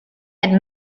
had